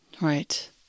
Right